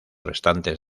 restantes